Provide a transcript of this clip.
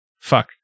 fuck